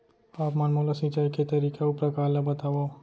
आप मन मोला सिंचाई के तरीका अऊ प्रकार ल बतावव?